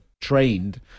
trained